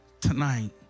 tonight